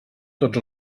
tots